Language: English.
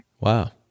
Wow